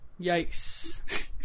Yikes